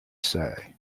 say